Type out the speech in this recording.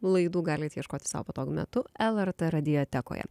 laidų galit ieškoti sau patogiu metu lrt radijotekoje